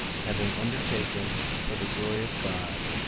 having undertaken for the glory of god,